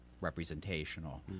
representational